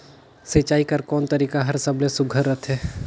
सिंचाई कर कोन तरीका हर सबले सुघ्घर रथे?